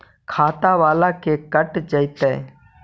खाता बाला से कट जयतैय?